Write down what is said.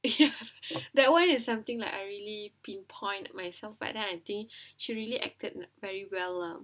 ya that [one] is something like I really pinpoint myself but then I think she really acted very well lah